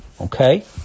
okay